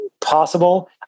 possible